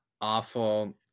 awful